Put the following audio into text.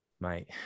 Mate